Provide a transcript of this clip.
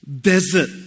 desert